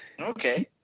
Okay